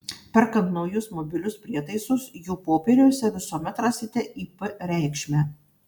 perkant naujus mobilius prietaisus jų popieriuose visuomet rasite ip reikšmę